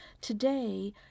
Today